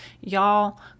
y'all